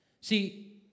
See